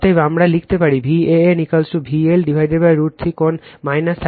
অতএব আমরা লিখতে পারি Van VL√ 3 কোণ 30o